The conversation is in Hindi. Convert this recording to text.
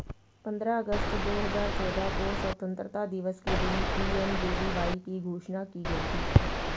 पंद्रह अगस्त दो हजार चौदह को स्वतंत्रता दिवस के दिन पी.एम.जे.डी.वाई की घोषणा की गई थी